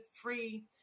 free